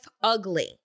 ugly